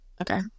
Okay